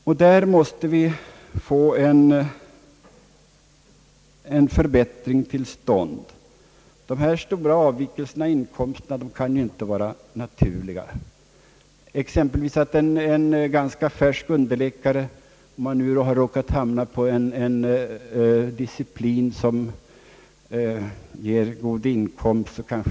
Därvidlag måste vi få en förbättring till stånd. Dessa stora avvikelser i inkomsterna kan inte vara naturliga. Exempelvis kan en ganska nybliven underläkare tjäna ungefär 100 000 kronor om han råkat hamna på en disciplin som ger god inkomst.